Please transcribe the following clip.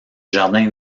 jardin